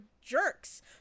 jerks